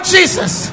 Jesus